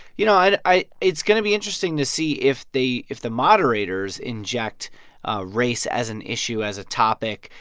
you know, i i it's going to be interesting to see if the if the moderators inject race as an issue, as a topic,